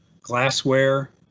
glassware